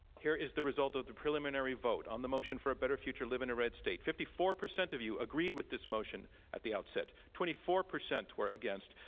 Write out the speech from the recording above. here is the result of the preliminary vote on the motion for a better future, live in a red state. fifty-four percent of you agreed with this motion at the outset. twenty-four percent were against.